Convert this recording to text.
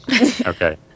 Okay